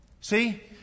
See